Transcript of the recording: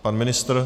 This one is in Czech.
Pan ministr?